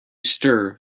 stir